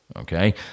okay